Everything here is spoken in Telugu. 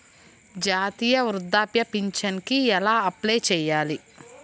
జాతీయ వృద్ధాప్య పింఛనుకి ఎలా అప్లై చేయాలి?